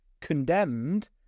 condemned